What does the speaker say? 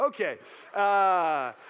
Okay